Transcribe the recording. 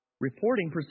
Reporting